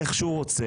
איך שהוא רוצה.